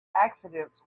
accidents